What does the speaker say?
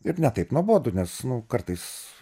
ir ne taip nuobodu nes kartais